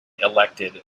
elected